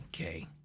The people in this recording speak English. Okay